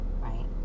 right